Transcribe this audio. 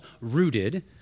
Rooted